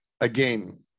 again